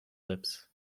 lips